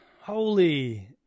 Holy